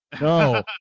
No